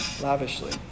lavishly